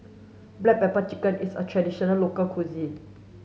black pepper chicken is a traditional local cuisine